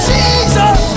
Jesus